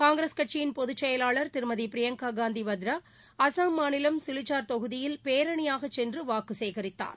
காங்கிரஸ் கட்சியின் பொதுச்செயலாளர் திருமதி பிரியங்கா காந்தி வத்ரா அஸ்ஸாம் மாநிலம் சிலிச்சார் தொகுதியில் பேரணியாக சென்று வாக்கு சேகரித்தார்